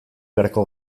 beharko